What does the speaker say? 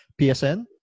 PSN